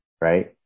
right